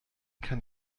kann